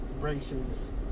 braces